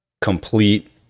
complete